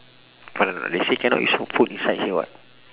but they say cannot use phone inside here [what]